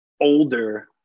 older